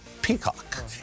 peacock